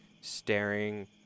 staring